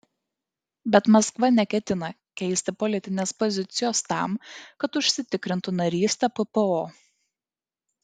bet maskva neketina keisti politinės pozicijos tam kad užsitikrintų narystę ppo